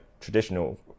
traditional